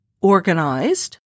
organized